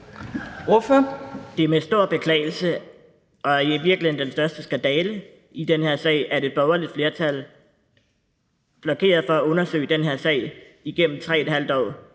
(RV): Det er med stor beklagelse og i virkeligheden den største skandale i den her sag, at et borgerligt flertal blokerer for at undersøge den igennem tre